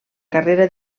carrera